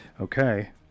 Okay